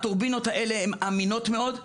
הטורבינות האלה הן אמינות מאוד,